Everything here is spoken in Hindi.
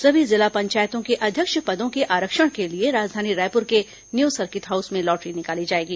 सभी जिला पंचायतों के अध्यक्ष पदों के आरक्षण के लिए राजधानी रायपुर के न्यू सर्किट हाउस में लॉटरी निकाली जाएगी